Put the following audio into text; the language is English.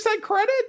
credit